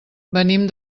venim